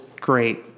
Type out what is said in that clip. great